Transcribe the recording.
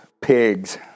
pigs